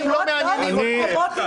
זה גם בתשובה לדבריו של חמד עמאר.